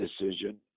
decision